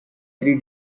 three